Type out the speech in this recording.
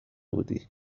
بودی